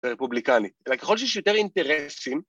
‫רפובליקני. ‫ככל שיש יותר אינטרסים...